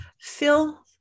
fill